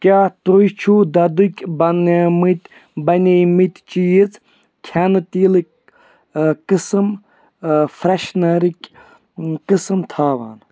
کیٛاہ تُہۍ چھِوٕ دۄدٕکۍ بَنیٛٲمٕتۍ بَنیمٕتۍ چیٖز کھٮ۪نہٕ تیٖلٕکۍ قٕسٕم فرٛٮ۪شنَرٕکۍ قٕسٕم تھاوان